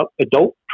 adult